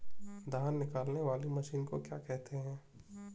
धान निकालने वाली मशीन को क्या कहते हैं?